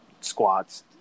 squats